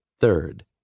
Third